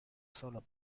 solo